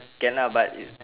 can lah but if